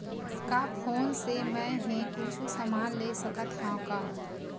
का फोन से मै हे कुछु समान ले सकत हाव का?